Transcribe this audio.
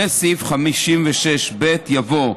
אחרי סעיף 56ב יבוא: